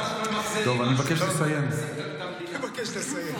לפחות אנחנו ממחזרים משהו, טוב, אני מבקש לסיים.